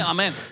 Amen